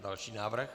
Další návrh.